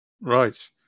Right